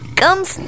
comes